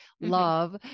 love